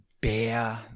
bear